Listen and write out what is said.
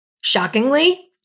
Shockingly